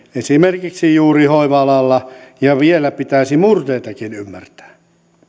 esimerkiksi juuri hoiva alalla ja vielä pitäisi murteitakin ymmärtää